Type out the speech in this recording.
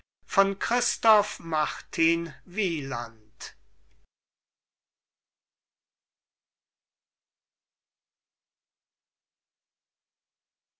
von christoph martin wieland